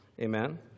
Amen